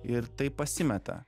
ir tai pasimeta